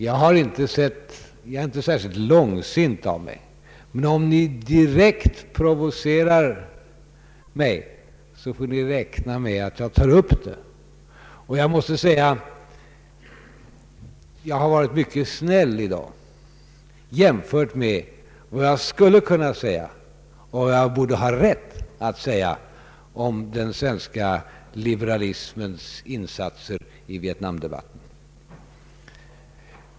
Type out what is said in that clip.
Jag är inte särskilt långsint av mig, men om ni direkt provocerar mig så får ni också räkna med att jag svarar. Jag har varit mycket snäll i dag, jämfört med vad jag skulle kunna säga och borde ha rätt att säga om den svenska liberalismens insatser i Vietnamdebatten.